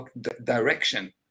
direction